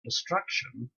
destruction